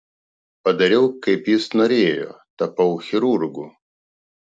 padariau kaip jis norėjo tapau chirurgu